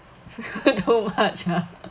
too much ah